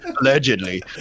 allegedly